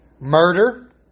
murder